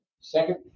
second